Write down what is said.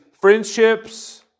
friendships